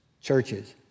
churches